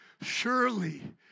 Surely